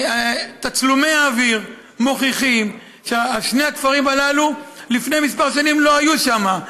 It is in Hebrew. תצלומי האוויר מוכיחים ששני הכפרים הללו לפני כמה שנים לא היו שם,